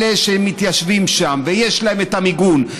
אלה שמתיישבים שם ויש להם את המיגון,